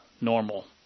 normal